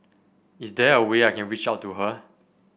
is there a way I can reach out to her